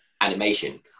animation